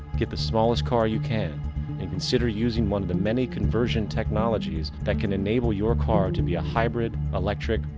get the smallest car you can and consider using one of the many conversion technologies that can enable your car to be a hybrid, electric,